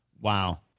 Wow